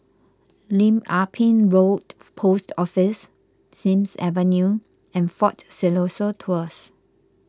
Lim Ah Pin Road Post Office Sims Avenue and fort Siloso Tours